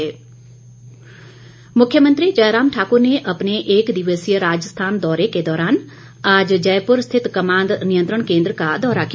मुख्यमंत्री मुख्यमंत्री जयराम ठाक्र ने अपने एक दिवसीय राजस्थान दौरे के दौरान आज जयपूर स्थित कमांद नियंत्रण केंद्र का दौरा किया